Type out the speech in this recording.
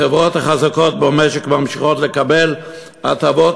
החברות החזקות במשק ממשיכות לקבל הטבות